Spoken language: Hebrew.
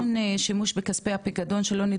ניכויים מכספי פיקדון.